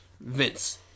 Vince